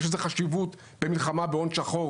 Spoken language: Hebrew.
יש לזה חשיבות במלחמה בהון שחור,